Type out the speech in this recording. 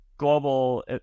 global